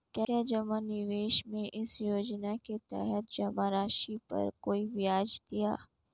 क्या जमा निवेश में इस योजना के तहत जमा राशि पर कोई ब्याज दिया जाएगा?